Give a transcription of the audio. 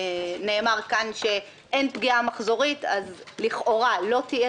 נאמר כאן שאין פגיעה מחזורית אז לכאורה לא תהיה